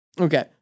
Okay